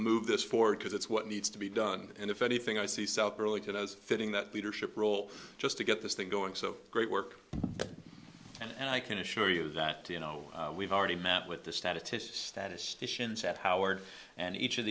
move this forward because that's what needs to be done and if anything i see cell pearlington as fitting that leadership role just to get this thing going so great work and i can assure you that you know we've already met with the statisticians statisticians at howard and each of